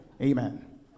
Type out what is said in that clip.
amen